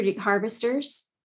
harvesters